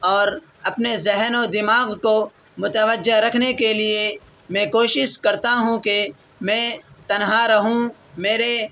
اور اپنے ذہن و دماغ کو متوجہ رکھنے کے لیے میں کوشش کرتا ہوں کہ میں تنہا رہوں میرے